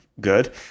good